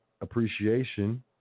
appreciation